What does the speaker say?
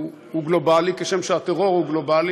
הוא גלובלי,